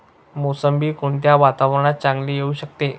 मोसंबी कोणत्या वातावरणात चांगली येऊ शकते?